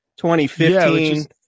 2015-